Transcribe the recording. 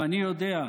ואני יודע,